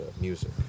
music